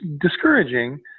discouraging